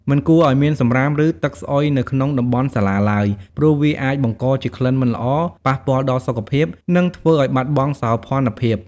មិនគួរឲ្យមានសំរាម ឬទឹកស្អុយនៅក្នុងតំបន់សាលាឡើយ ព្រោះវាអាចបង្កជាក្លិនមិនល្អ ប៉ះពាល់ដល់សុខភាព និងធ្វើឲ្យបាត់បង់សោភ័ណភាព។